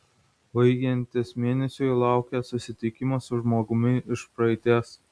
baigiantis mėnesiui laukia susitikimas su žmogumi iš praeities